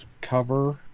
cover